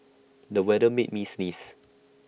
the weather made me sneeze